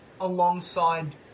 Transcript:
alongside